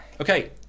Okay